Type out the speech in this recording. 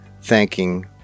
thanking